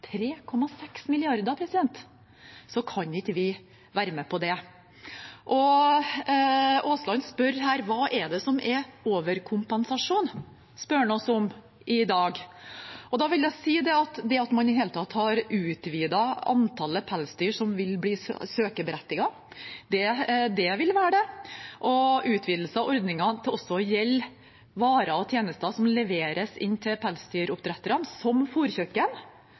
3,6 mrd. kr, kan ikke vi være med på det. Aasland spør her i dag om hva som er overkompensasjon. Da vil jeg si at det at man i det hele tatt har utvidet antallet pelsdyr som vil bli søkeberettiget, det vil være det. Utvidelse av ordningen til også å gjelde varer og tjenester som leveres inn til pelsdyroppdretterne, som